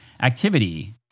activity